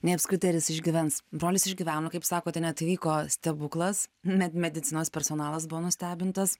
nei apskritai ar jis išgyvens brolis išgyveno kaip sakote net įvyko stebuklas net medicinos personalas buvo nustebintas